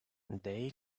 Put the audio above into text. day